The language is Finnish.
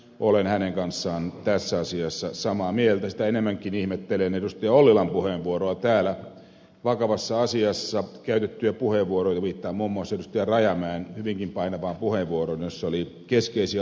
olen hänen kanssaan tässä asiassa samaa mieltä tai enemmänkin ihmettelen edustaja ollilan puheenvuoro täällä vakavassa asiassa käytetty puheenvuoroja viittaa muun muassa työrajamäen hyvinkin painavaan puheenvuoroon jossa oli keskeisiä